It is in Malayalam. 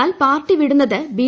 എന്നാൽ പാർട്ടി വടുന്നത് ബി